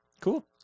Cool